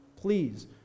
please